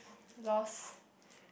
lost